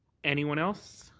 anyone else?